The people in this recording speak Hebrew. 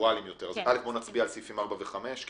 פה אחד סעיפים 4 ו-5 אושרו.